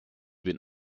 been